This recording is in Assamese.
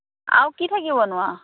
আৰু কি থাকিবনো আৰু